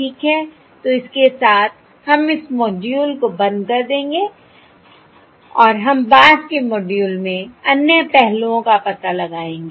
तो इसके साथ हम इस मॉड्यूल को बंद कर देंगे और हम बाद के मॉड्यूल में अन्य पहलुओं का पता लगाएंगे